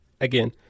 Again